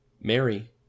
Mary